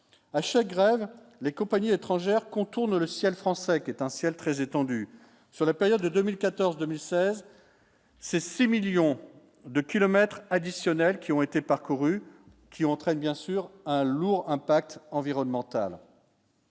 à chaque grève, les compagnies étrangères contourne le ciel français qui est un ciel très étendu, sur la période 2014, 2016. Ces 6 millions de kilomètres additionnels qui ont été parcourus qui entraîne bien sûr un lourd impact environnemental.